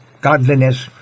Godliness